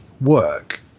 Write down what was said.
work